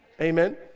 Amen